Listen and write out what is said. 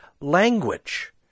language